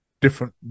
different